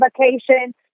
vacation